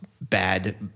bad